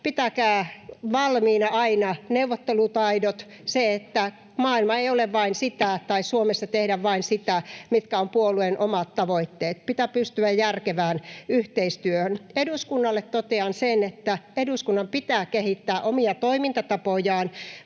pitäkää valmiina aina neuvottelutaidot, se, että maailma ei ole vain sitä tai Suomessa ei tehdä vain sitä, mitkä ovat puolueen omat tavoitteet. Pitää pystyä järkevään yhteistyöhön. Eduskunnalle totean sen, että eduskunnan pitää kehittää omia toimintatapojaan.